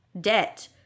debt